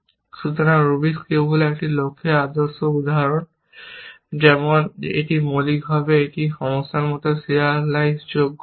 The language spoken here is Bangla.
সুতরাং রুব্রিক্স কিউব হল একটি লক্ষ্যের আদর্শ উদাহরণ যেটি মৌলিকভাবে এই সমস্যাটির মতো সিরিয়ালাইজযোগ্য নয়